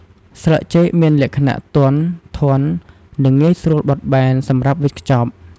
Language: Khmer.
ស្លឹកចេកមានលក្ខណៈ ទន់ ធន់ និងងាយស្រួលបត់បែន សម្រាប់វេចខ្ចប់។